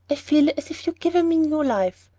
i feel as if you'd given me new life.